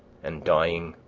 and dying,